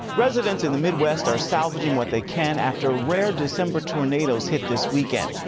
residents in the midwest are salvaging what they can after rare december tornadoes hit this weekend.